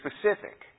specific